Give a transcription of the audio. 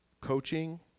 coaching